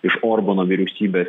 iš orbano vyriausybės